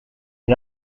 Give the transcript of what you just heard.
and